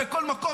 בכל מקום,